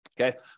okay